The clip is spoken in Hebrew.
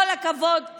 כל הכבוד,